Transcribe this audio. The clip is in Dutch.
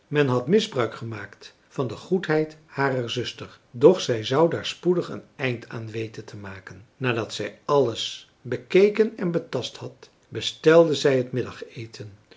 men had misbruik gemaakt van de goedheid harer zuster doch zij zou daar spoedig een eind aan weten te maken nadat zij alles bekeken en betast had bestelde zij het middageten